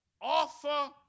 offer